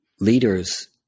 leaders